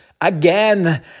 again